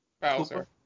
Bowser